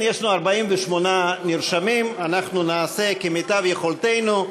יש לנו 48 נרשמים, אנחנו נעשה כמיטב יכולתנו.